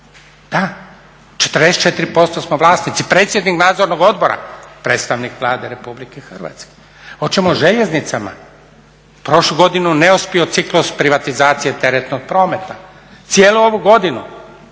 Da 44% smo vlasnici, predsjednik Nadzornog odbora, predstavnik Vlade Republike Hrvatske. Hoćemo o željeznicama? Prošlu godinu neuspio ciklus privatizacije teretnog prometa. Cijelu ovu godinu